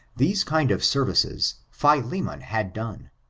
these kind of services, philemon had done,